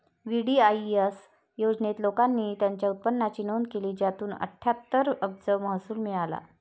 VDIS योजनेत, लोकांनी त्यांच्या उत्पन्नाची नोंद केली, ज्यातून अठ्ठ्याहत्तर अब्ज महसूल मिळाला